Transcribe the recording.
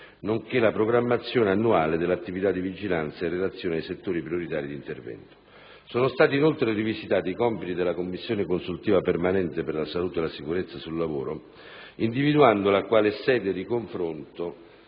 nonché la programmazione annuale dell'attività di vigilanza in relazione ai settori prioritari di intervento. Sono stati inoltre rivisitati i compiti della Commissione consultiva permanente per la salute e la sicurezza sul lavoro, individuandola quale sede di confronto